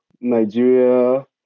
Nigeria